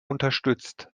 unterstützt